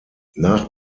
nach